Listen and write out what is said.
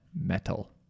metal